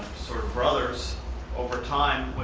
sort of brothers over time, when